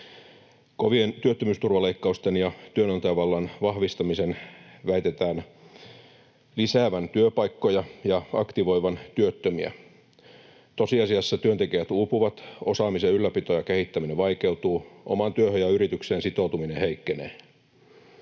Kovien työttömyysturvaleikkausten ja työnantajavallan vahvistamisen väitetään lisäävän työpaikkoja ja aktivoivan työttömiä. Tosiasiassa työntekijät uupuvat, osaamisen ylläpito ja kehittäminen vaikeutuvat, omaan työhön ja yritykseen sitoutuminen heikkenevät.